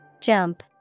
Jump